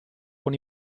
con